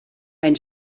ein